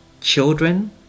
children